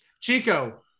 Chico